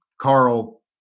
Carl